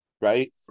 right